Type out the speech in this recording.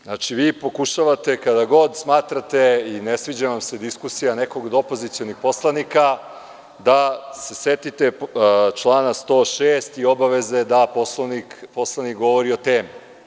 Znači, vi pokušavate, kada god smatrate i ne sviđa vam se diskusija nekog od opozicionih poslanika, da se setite člana 106. i obaveze da poslanik govori o temi.